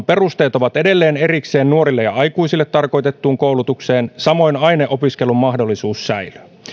perusteet ovat edelleen erikseen nuorille ja aikuisille tarkoitettuun koulutukseen samoin aineopiskelun mahdollisuus säilyy